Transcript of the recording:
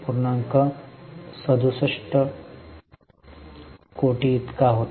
67 कोटी होता